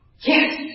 yes